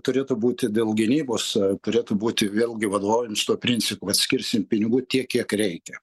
turėtų būti dėl gynybos turėtų būti vėlgi vadovaujant šituo principu kad skirsim pinigų tiek kiek reikia